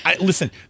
Listen